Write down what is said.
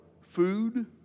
food